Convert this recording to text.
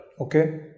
Okay